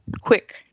quick